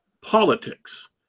politics